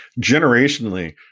generationally